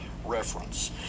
reference